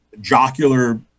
jocular